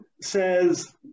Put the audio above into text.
says